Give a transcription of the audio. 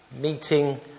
meeting